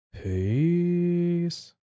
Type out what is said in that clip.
Peace